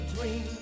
dream